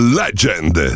legend